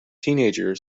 teenager